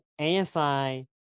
AFI